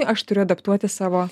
aš turiu adaptuoti savo